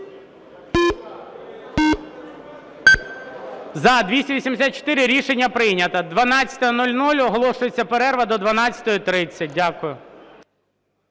За-284 Рішення прийнято. 12:00. Оголошується перерва до 12:30. Дякую.